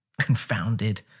confounded